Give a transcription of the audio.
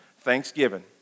Thanksgiving